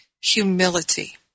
humility